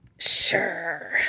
Sure